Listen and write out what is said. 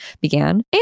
began